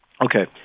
Okay